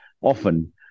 often